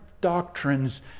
doctrines